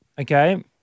okay